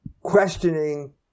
Questioning